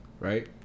Right